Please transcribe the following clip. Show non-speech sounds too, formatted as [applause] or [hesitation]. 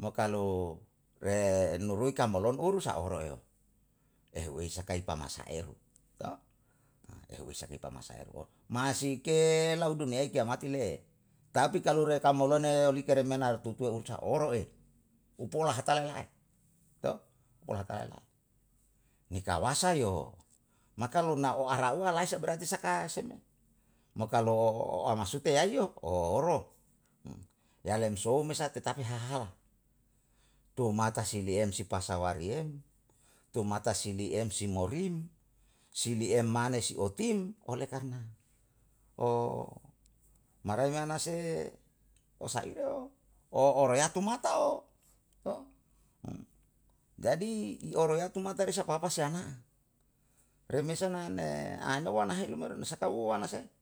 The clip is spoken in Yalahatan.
Mo kalu re nurui kamolono uru sa oho re yo. Ehuwei sakai pamasa eru. [unintelligible] ehuwei saka pamasa eru. [unintelligible] masi ke lau duniyai kiamati le'e, tapi kalu re kamolono ye oli kemerena tutue usa oro'e upuo hatala ela'e. [unintelligible] upulo hatala ela'e. ni kawasa [unintelligible] maka, launao arahua laisa berarti saka se me, mo kalu [unintelligible] ama sute yaiyo? [unintelligible] oro. [hesitation] Yalem sou me sah tetapi hahala, dong matasili em si pasawari em, dong mataili em si morim, sili em mane si otin, oleh karna [hesitation] marai me ana se osaido. o orayatu matao. [unintelligible] [hesitation] Jadi i oroyatu mata esa papa si ana'a, remesa na ne anowa ne helu renu sakauwo wana sai?